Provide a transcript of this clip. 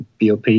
BOP